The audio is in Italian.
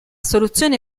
soluzioni